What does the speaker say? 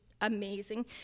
amazing